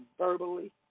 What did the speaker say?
verbally